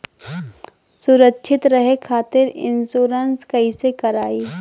सुरक्षित रहे खातीर इन्शुरन्स कईसे करायी?